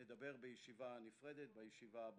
נדבר בישיבה הבאה,